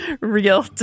real